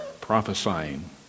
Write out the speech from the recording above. prophesying